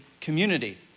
community